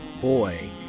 boy